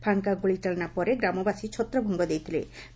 ଫାଙ୍କା ଗୁଳିଚାଳନା ପରେ ଗ୍ରାମବାସୀ ଛତ୍ରଭଙ୍ଙ ଦେଇଥିଳେ